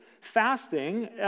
fasting